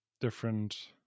different